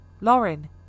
Lauren